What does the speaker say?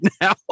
now